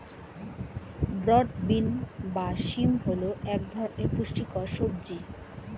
broad bean বা শিম হল এক ধরনের পুষ্টিকর সবজি